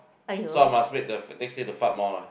so I must wait the next day to fart more lah